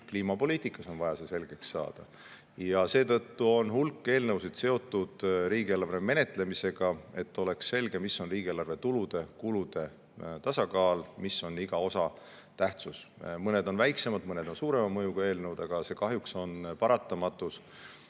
kliimapoliitikas on vaja see selgeks saada. Seetõttu on hulk eelnõusid seotud riigieelarve menetlemisega, et oleks selge, mis on riigieelarve tulude-kulude tasakaal ja mis on iga osa tähtsus. Mõned on väiksema, mõned suurema mõjuga eelnõud, aga kahjuks on see paratamatus,